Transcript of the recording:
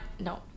No